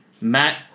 Matt